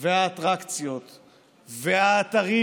והאטרקציות והאתרים